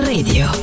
Radio